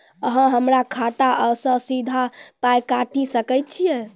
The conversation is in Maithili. अहॉ हमरा खाता सअ सीधा पाय काटि सकैत छी?